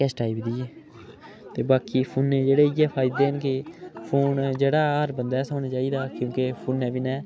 इस टाइप दी ऐ ते बाकी फोनै जेह्ड़े इ'यै फायदे न फ़ोन जेह्ड़ा हर बन्दे कश होना चाहिदा क्योंकि फ़ोनै बिना